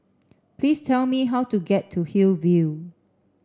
please tell me how to get to Hillview